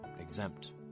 exempt